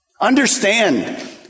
Understand